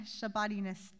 Shabbatiness